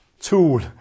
tool